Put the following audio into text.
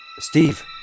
Steve